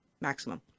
maximum